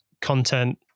content